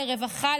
לרווחה,